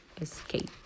escape